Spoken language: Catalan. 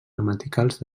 gramaticals